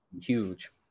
huge